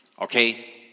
okay